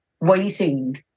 waiting